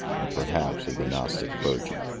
and perhaps of the gnostic, clergy.